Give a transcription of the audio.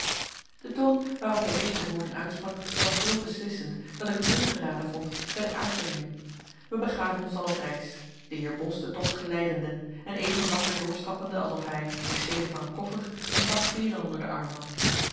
de toon waarop hij deze woorden uitsprak was zoo beslissend dat ik het ongeraden vond verder aan te dringen wij begaven ons dan op reis de heer bos den tocht geleidende en even wakker doorstappende alsof hij in stede van een koffer een pak veeren onder den arm had